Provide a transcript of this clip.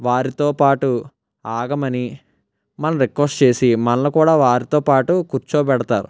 వారితో పాటు ఆగమని మనల్ని రిక్వెస్ట్ చేసి మనల్ని కూడా వారితో పాటు కూర్చోబెడతారు